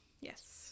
Yes